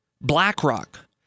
BlackRock